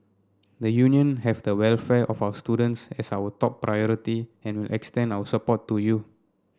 the Union have the welfare of our students as our top priority and will extend our support to you